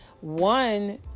One